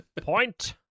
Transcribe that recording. Point